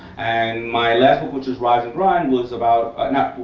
and, my last book, which was rise and grind was about no,